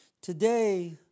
Today